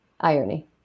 irony